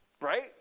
Right